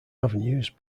avenues